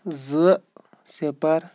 زٕ صفر